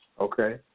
Okay